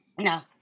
No